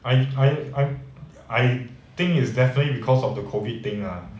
I I I I think is definitely because of the COVID thing lah